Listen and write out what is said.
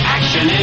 Action